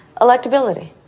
Electability